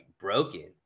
broken